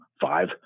five